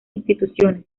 instituciones